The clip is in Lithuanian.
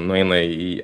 nueina į